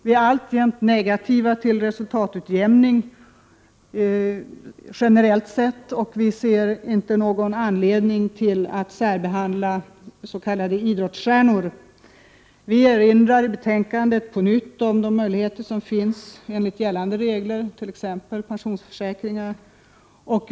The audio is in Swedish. Vi är alltjämt negativa till resultatutjämning rent generellt. Vi ser inte någon anledning till att särbehandla s.k. idrottsstjärnor. Vi erinrar i betänkandet på nytt om de möjligheter till inkomstskatteutjämning som finns enligt gällande regler, t.ex. pensionsförsäkringar.